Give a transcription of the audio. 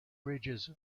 bridges